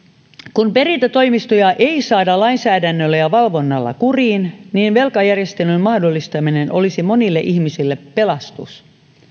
kun perintätoimistoja ei saada lainsäädännöllä ja valvonnalla kuriin niin velkajärjestelyn mahdollistaminen olisi monille ihmisille pelastus